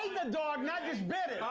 the dog, not just bit it. ah,